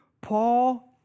Paul